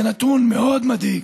זה נתון מאוד מדאיג.